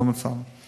לא מצאנו.